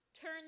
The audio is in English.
turn